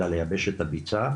אלא לייבש את הביצה,